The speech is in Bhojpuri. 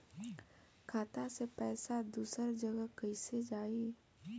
खाता से पैसा दूसर जगह कईसे जाई?